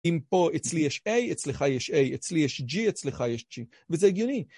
אם פה אצלי יש A, אצלך יש A, אצלי יש G, אצלך יש G, וזה הגיוני.